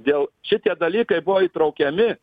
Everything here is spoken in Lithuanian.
dėl šitie dalykai buvo įtraukiami